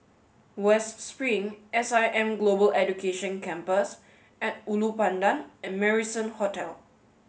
West Spring S I M Global Education Campus at Ulu Pandan and Marrison Hotel